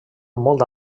molt